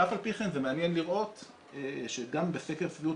ואף על פי כן מעניין לראות שגם בסקר שביעות